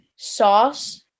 sauce